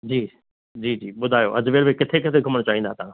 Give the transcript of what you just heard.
जी जी जी ॿुधायो अजमेर में किथे किथे घुमण चाहिंदा तव्हां